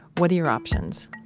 what are your options?